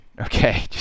Okay